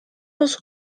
was